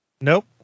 Nope